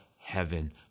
heaven